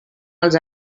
els